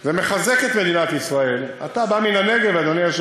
אז אנא ממך, תפסיקו.